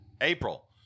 April